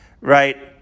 right